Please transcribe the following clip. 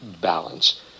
balance